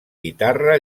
guitarra